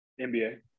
NBA